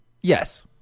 Yes